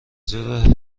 ظهر